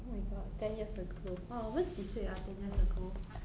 oh my god ten years ago !wah! 我们几岁 ah ten years ago